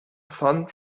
pfand